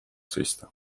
seista